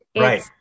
Right